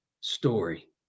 story